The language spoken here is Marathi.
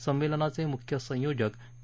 संमेलनाचे मुख्य संयोजक के